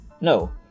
No